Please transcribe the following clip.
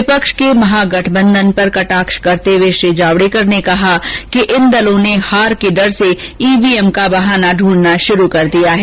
विपक्ष के महागठबंधन पर कटाक्ष करते हुए श्री जावडेकर ने कहा कि इन दलों ने हार के डर से ईवीएम का बहाना ढूंढना शुरू कर दिया है